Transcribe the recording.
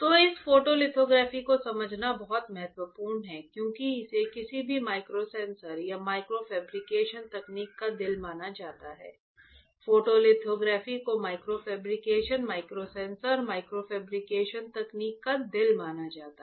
तो इस फोटोलिथोग्राफी को समझना बहुत महत्वपूर्ण है क्योंकि इसे किसी भी माइक्रोसेंसर या माइक्रो फेब्रिकेशन तकनीक का दिल माना जाता है फोटोलिथोग्राफी को माइक्रो फैब्रिकेशन माइक्रोसेंसर फेब्रिकेशन तकनीक का दिल माना जाता है